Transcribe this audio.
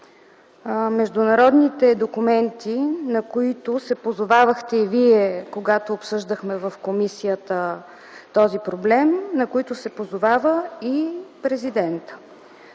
международните документи, на които се позовавахте и Вие, когато обсъждахме в комисията този проблем, на които се позовава и президентът.